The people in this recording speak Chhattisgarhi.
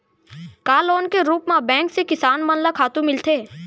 का लोन के रूप मा बैंक से किसान मन ला खातू मिलथे?